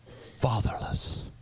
fatherless